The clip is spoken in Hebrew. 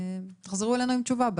ותחזרו אלינו עם תשובה,